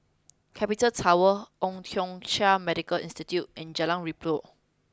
Capital Tower Old Thong Chai Medical Institute and Jalan Redop